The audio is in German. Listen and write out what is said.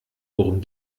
worum